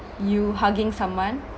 you hugging someone